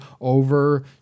over